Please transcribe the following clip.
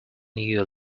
knew